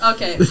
Okay